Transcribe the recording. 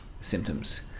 symptoms